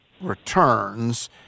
returns